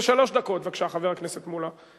שלוש דקות, בבקשה, חבר הכנסת שלמה מולה.